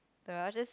no I'll just